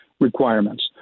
requirements